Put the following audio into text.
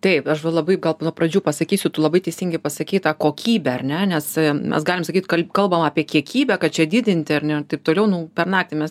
taip aš va labai gal nuo pradžių pasakysiu tu labai teisingai pasakei tą kokybę ar ne nes mes galim sakyt kalbam apie kiekybę kad čia didinti ar ne taip toliau nuo per naktį mes